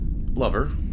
lover